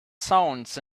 sounds